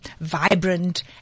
vibrant